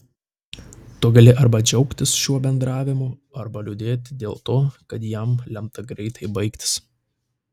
tu gali arba džiaugtis šiuo bendravimu arba liūdėti dėl to kad jam lemta greitai baigtis